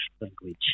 language